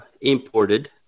imported